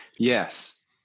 Yes